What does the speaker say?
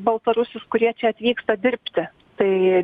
baltarusius kurie čia atvyksta dirbti tai